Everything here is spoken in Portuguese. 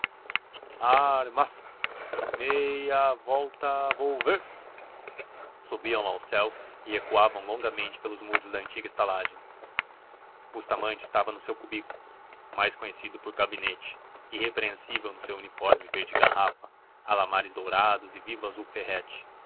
armas mei ããã volta volver subiam no céu e ecoavam longamente pelos muros da antiga estalagem bustamente estava no seu cubículo mais conhecido por gabinete irrepreensível no seu uniforme verde garrafa alamares dourados e vivos